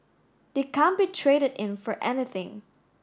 they can't be traded in for anything